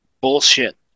bullshit